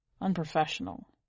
Unprofessional